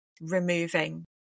removing